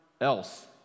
else